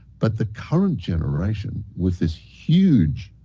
but, the current generation with this huge,